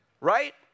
Right